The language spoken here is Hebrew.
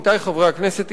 עמיתי חברי הכנסת,